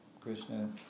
Krishna